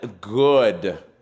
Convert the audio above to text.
good